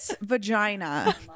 vagina